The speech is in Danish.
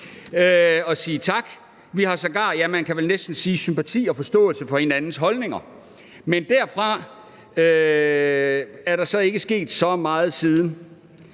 og sige tak. Vi har sågar, ja, man kan vel næsten sige sympati og forståelse for hinandens holdninger, men derfra er der så ikke sket så meget siden.